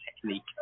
technique